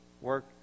work